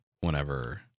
whenever